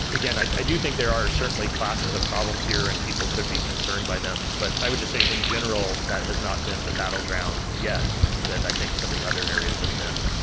again, i do think there are certainly classes of problems here and people could be concerned by them, but i would just say in general, that has not been the battleground yet that i think some of the other areas have been.